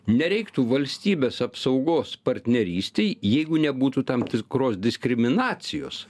nereiktų valstybės apsaugos partnerystei jeigu nebūtų tam tikros diskriminacijos